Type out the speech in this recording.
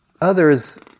Others